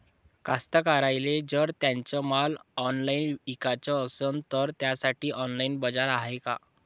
कास्तकाराइले जर त्यांचा माल ऑनलाइन इकाचा असन तर त्यासाठी ऑनलाइन बाजार हाय का?